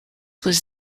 was